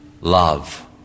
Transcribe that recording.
Love